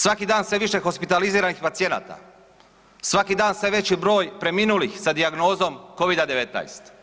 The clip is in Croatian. Svaki dan sve više hospitaliziranih pacijenata, svaki dan sve veći broj preminulih sa dijagnozom Covida-19.